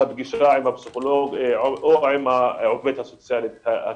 הפגישה עם הפסיכולוג או עם העובד הסוציאלי הקליני.